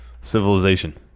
civilization